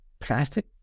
plastic